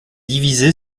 divisé